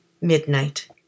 Midnight